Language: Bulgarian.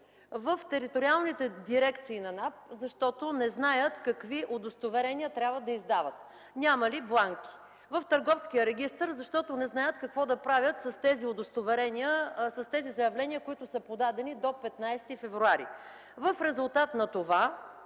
в териториалните дирекции на НАП, защото не знаят какви удостоверения трябва да издават – нямали бланки, в Търговския регистър, защото не знаят какво да правят с тези заявления, които са подадени до 15 февруари. В резултат на това